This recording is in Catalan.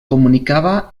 comunicava